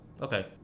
Okay